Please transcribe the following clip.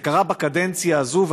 זה קרה בקדנציה הזאת,